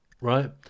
right